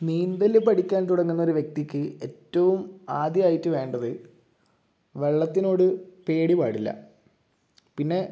നീന്തൽ പഠിക്കാൻ തുടങ്ങുന്ന ഒരു വ്യക്തിക്ക് ഏറ്റവും ആദ്യമായിട്ട് വേണ്ടത് വെള്ളത്തിനോട് പേടി പാടില്ല പിന്നെ